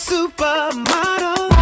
Supermodel